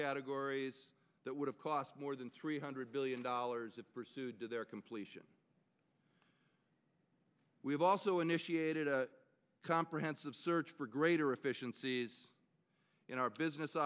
categories that would have cost more than three hundred billion dollars of pursued to their completion we've also initiated a comprehensive search for greater efficiencies in our business